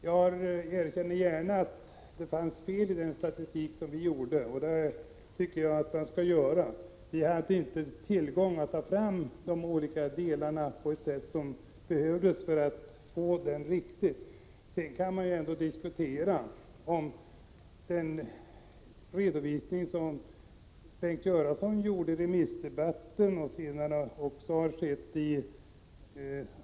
Jag medger att det fanns fel i den statistik som vi tog fram, men vi hade inte tillgång till de olika uppgifter som behövdes för att den skulle bli riktig. Man kan diskutera om Bengt Göranssons redovisning i remissdebatten var riktig.